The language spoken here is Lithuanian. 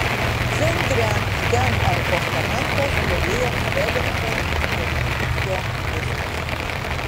centre ten ant postamento stovėjo felikso dzeržinskio biustas